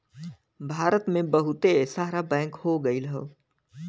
भारत मे बहुते सारा बैंक हो गइल हौ